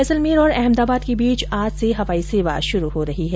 जैसलमेर और अहमदाबाद के बीच आज से हवाई सेवा शुरू हो रही है